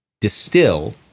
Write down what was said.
distill—